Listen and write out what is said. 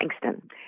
Frankston